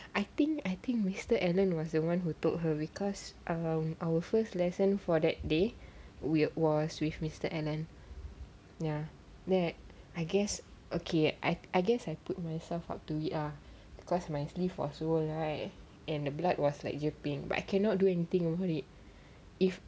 I think I think mister alan was the one who told her because um our first lesson for that day we was with mister alan ya ya I guess okay I I guess I put myself up to it ah cause my sleeves was wore right and the blood was like dripping but I cannot do anything over it if